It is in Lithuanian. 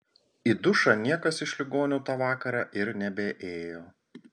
į dušą niekas iš ligonių tą vakarą ir nebeėjo